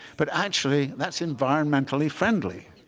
but actually, that's environmentally friendly.